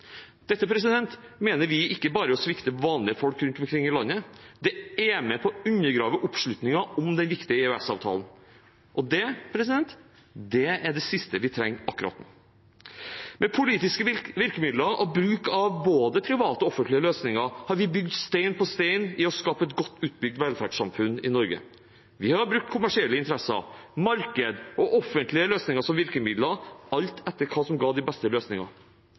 Dette mener vi ikke bare er å svikte vanlige folk rundt omkring i landet, det er med på å undergrave oppslutningen om den viktige EØS-avtalen. Og det er det siste vi trenger akkurat nå. Med politiske virkemidler og bruk av både private og offentlige løsninger har vi bygd stein på stein i å skape et godt utbygd velferdssamfunn i Norge. Vi har brukt kommersielle interesser, marked og offentlige løsninger som virkemidler, alt etter hva som ga de beste løsningene.